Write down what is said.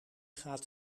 gaat